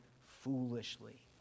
foolishly